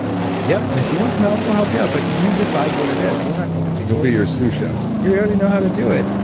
and yup. and if you want some help, we'll help you out but you decide what it is. we're not going to. they'll be your sous chefs you already know how to do it.